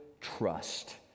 trust